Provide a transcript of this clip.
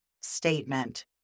statement